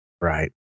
right